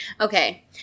Okay